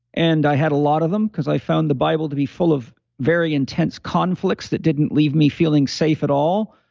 and i had a lot of them because i found the bible to be full of very intense conflicts that didn't leave me feeling safe at all.